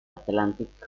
atlantic